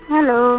Hello